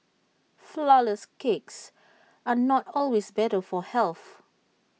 Flourless Cakes are not always better for health